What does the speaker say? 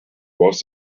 was